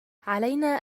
علينا